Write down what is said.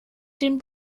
den